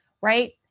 right